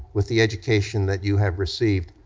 with the education that you have received,